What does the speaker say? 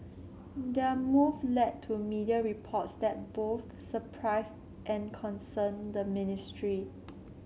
their move led to media reports that both surprised and concerned the ministry